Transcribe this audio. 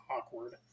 awkward